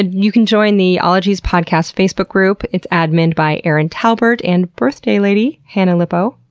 you can join the ologies podcast facebook group. it's adminned by erin talbert and birthday lady hannah lipow.